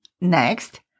Next